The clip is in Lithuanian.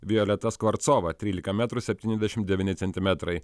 violeta skvarcova trylika metrų septyniasdešim devyni centimetrai